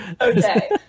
Okay